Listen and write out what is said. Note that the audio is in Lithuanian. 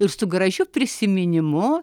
ir su gražiu prisiminimu